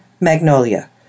Magnolia